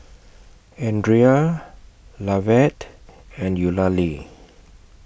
Andria Lovett and Eulalie